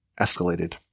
escalated